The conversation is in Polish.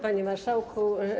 Panie Marszałku!